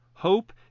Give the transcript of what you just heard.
Hope